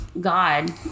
God